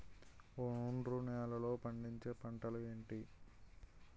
ఒండ్రు నేలలో పండించే పంటలు ఏంటి?